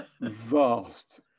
Vast